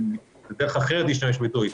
זו דרך אחרת להשתמש בביטוי,